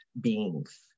beings